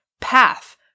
path